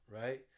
right